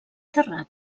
terrat